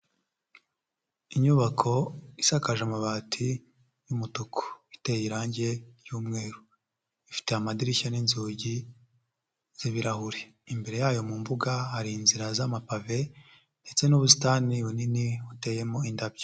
Inyubako isakaje amabati y'umutuku, iteye irangi ry'umweru, ifite amadirishya n'inzugi z'ibirahure, imbere yayo mu mbuga hari inzira z'amapave ndetse n'ubusitani bunini buteyemo indabyo.